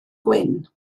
gwyn